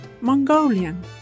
Mongolian